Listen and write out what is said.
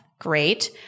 Great